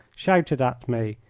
shouted at me,